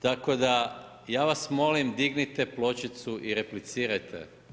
Tako da, ja vas molim, dignite pločicu i replicirajte.